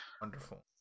Wonderful